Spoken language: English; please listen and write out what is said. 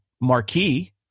Marquee